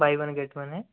bye one get one है